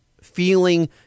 feeling